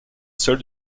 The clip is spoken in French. sol